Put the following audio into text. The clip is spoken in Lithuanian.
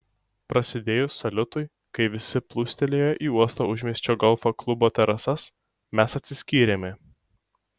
prasidėjus saliutui kai visi plūstelėjo į uosto užmiesčio golfo klubo terasas mes atsiskyrėme